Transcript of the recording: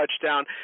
touchdown